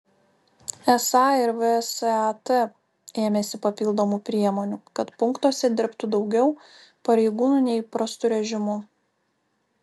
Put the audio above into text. esą ir vsat ėmėsi papildomų priemonių kad punktuose dirbtų daugiau pareigūnų nei įprastu režimu